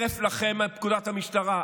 הרף לכם מפקודת המשטרה.